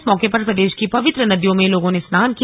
इस मौके पर प्रदेश की पवित्र नदियों में लोगों ने स्नान किया